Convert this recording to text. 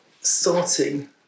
starting